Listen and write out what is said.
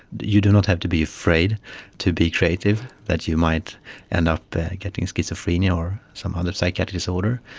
you do not have to be afraid to be creative, that you might end up getting schizophrenia or some other psychiatric disorder,